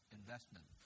investment